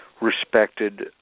respected